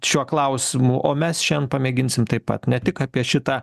šiuo klausimu o mes šiandien pamėginsim taip pat ne tik apie šitą